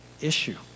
issue